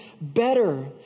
better